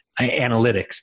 analytics